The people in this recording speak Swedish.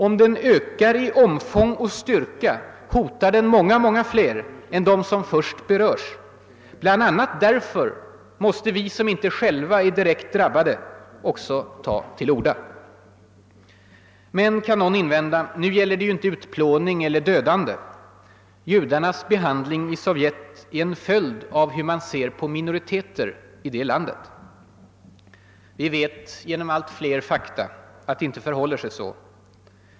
Om den ökar i omfång och styrka hotar den många, många fler än dem som först berörs; bl.a. därför måste vi som inte själva direkt blir drabbade också ta till orda. Men, kan någon invända, nu gäller det ju inte utplåning eller dödande. Judarnas behandling i Sovjetunionen är en följd av hur man ser på minoriteter i det landet. Vi vet genom allt fler fakta att det inte förhåller sig så.